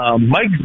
Mike